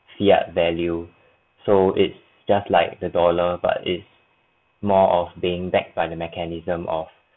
flat value so it's just like the dollar but its more of being backed by the mechanism of